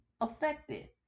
affected